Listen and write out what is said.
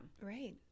Right